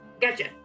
Gotcha